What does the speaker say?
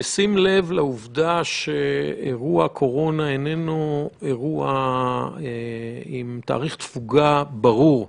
בשים לב שאירוע הקורונה איננו אירוע עם תאריך תפוגה ברור.